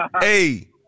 Hey